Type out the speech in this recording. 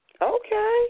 Okay